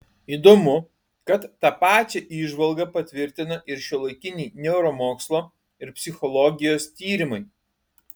įdomu kad tą pačią įžvalgą patvirtina ir šiuolaikiniai neuromokslo ir psichologijos tyrimai